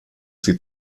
sie